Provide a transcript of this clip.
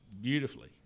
beautifully